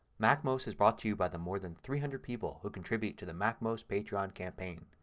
macmost is brought to you by the more than three hundred people who contribute to the macmost patreon campaign.